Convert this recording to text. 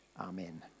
Amen